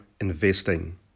investing